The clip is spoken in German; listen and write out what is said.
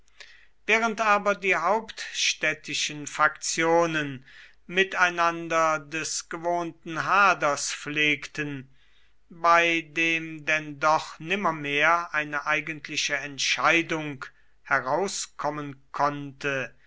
während aber die hauptstädtischen faktionen miteinander des gewohnten haders pflegten bei dem denn doch nimmermehr eine eigentliche entscheidung herauskommen konnte